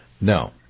No